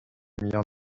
millions